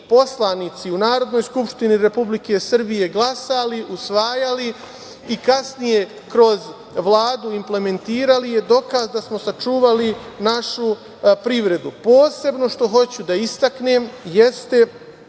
poslanici u Narodnoj skupštini Republike Srbije glasali, usvajali i kasnije kroz Vladu implementirali, je dokaz da smo sačuvali našu privredu. Posebno što hoću da istaknem jeste